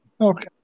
Okay